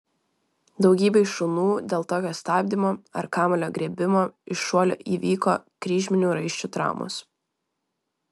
daugybei šunų dėl tokio stabdymo ar kamuolio griebimo iš šuolio įvyko kryžminių raiščių traumos